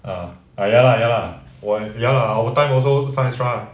ah ah ya lah ya lah !wahpiang! our time also sign extra